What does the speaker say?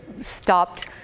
stopped